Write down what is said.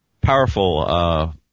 powerful